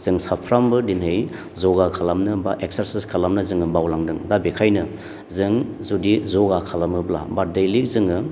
जों साफ्रोमबो दिनै ज'गा खालामनो बा एक्सारसाइज खालामनो जोङो बावलांदों दा बेखायनो जों जुदि ज'गा खालामोब्ला बा दैलि जोङो